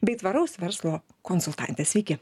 bei tvaraus verslo konsultantė sveiki